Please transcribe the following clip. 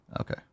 Okay